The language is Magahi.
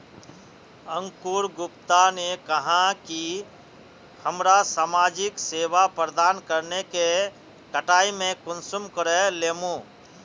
अंकूर गुप्ता ने कहाँ की हमरा समाजिक सेवा प्रदान करने के कटाई में कुंसम करे लेमु?